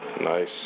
Nice